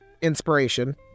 inspiration